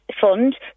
fund